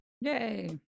yay